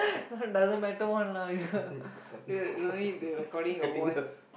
not doesn't matter one lah ya wait only they recording your voice